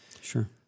Sure